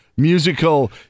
Musical